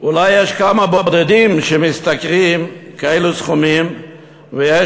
אולי יש כמה בודדים שמשתכרים כאלה סכומים ויש